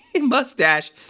mustache